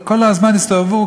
כל הזמן הסתובבו,